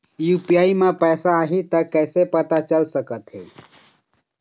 UPI म पैसा आही त कइसे पता चल सकत हे?